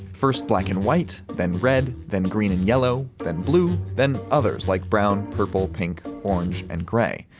first black and white, then red, then green and yellow, then blue, then others like brown, purple, pink, orange, and gray.